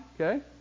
okay